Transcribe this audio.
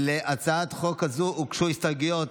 להצעת החוק הזו הוגשו הסתייגויות.